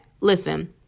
Listen